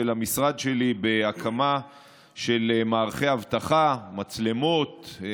של המשרד שלי בהקמה של מערכי אבטחה: מצלמות,